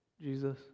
Jesus